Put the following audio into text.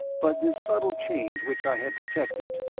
but this subtle change which i had detected,